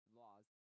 laws